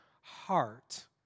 heart